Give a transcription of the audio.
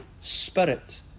spirit